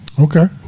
Okay